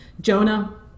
Jonah